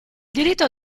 diritto